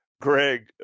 greg